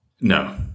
No